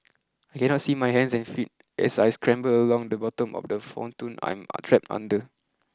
I cannot see my hands and feet as I scramble along the bottom of the pontoon I'm I'm trapped under